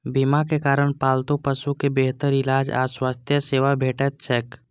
बीमाक कारण पालतू पशु कें बेहतर इलाज आ स्वास्थ्य सेवा भेटैत छैक